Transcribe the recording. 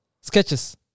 Sketches